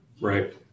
Right